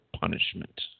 punishment